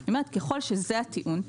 אני אומרת שככל שזה הטיעון,